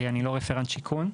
אני לא רפרנט שיכון,